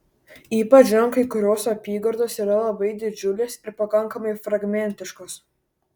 ypač žinant kad kai kurios apygardos yra labai didžiulės ir pakankamai fragmentiškos